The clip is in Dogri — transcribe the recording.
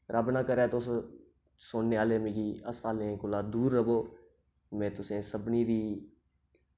रब्ब ना करै तुस सुनने आह्ले मिकी हस्पताले कोला दूर रवो में तुसें सभनें दी